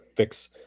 fix